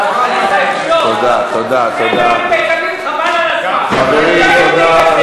גפני, גפני, גפני, חבל על הזמן, חברים, תודה.